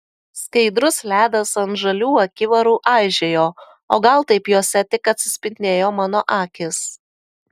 skaidrus ledas ant žalių akivarų aižėjo o gal taip juose tik atsispindėjo mano akys